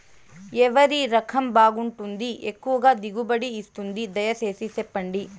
ఏ వరి రకం బాగుంటుంది, ఎక్కువగా దిగుబడి ఇస్తుంది దయసేసి చెప్పండి?